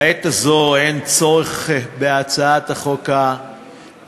לעת הזו אין צורך בהצעת החוק המונחת.